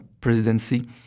presidency